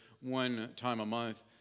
one-time-a-month